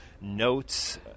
notes